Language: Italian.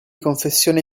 confessione